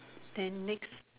then next